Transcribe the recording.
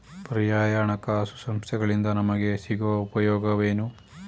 ಪರ್ಯಾಯ ಹಣಕಾಸು ಸಂಸ್ಥೆಗಳಿಂದ ನಮಗೆ ಸಿಗುವ ಉಪಯೋಗವೇನು?